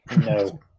No